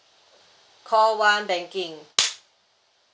call one banking